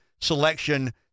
selection